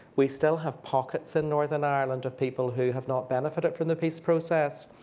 we still have pockets in northern ireland of people who have not benefited from the peace process.